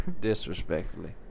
Disrespectfully